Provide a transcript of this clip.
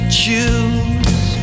choose